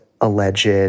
alleged